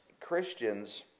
Christians